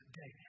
day